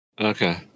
Okay